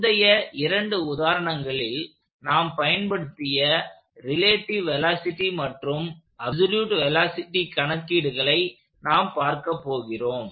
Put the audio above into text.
முந்தைய இரண்டு உதாரணங்களில் நாம் பயன்படுத்திய ரிலேட்டிவ் வெலாசிட்டி மற்றும் அப்சொலுட் வெலாசிட்டி கணக்கீடுகளை நாம் பார்க்கப் போகிறோம்